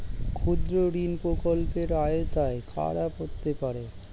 ক্ষুদ্রঋণ প্রকল্পের আওতায় কারা পড়তে পারে?